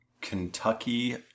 Kentucky